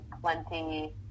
plenty